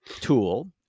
tool